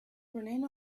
running